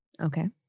Okay